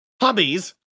Hobbies